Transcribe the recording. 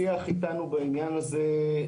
השיח איתנו בעניין הזה,